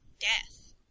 death